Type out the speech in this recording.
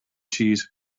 cheese